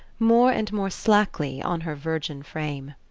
more and more slackly on her virgin frame.